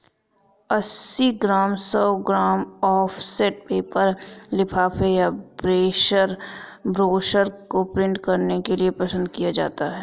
अस्सी ग्राम, सौ gram offset paper लिफाफे या ब्रोशर को प्रिंट करने के लिए पसंद किया जाता है